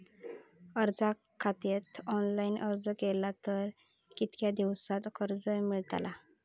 कर्जा खातीत ऑनलाईन अर्ज केलो तर कितक्या दिवसात कर्ज मेलतला?